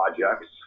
projects